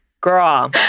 girl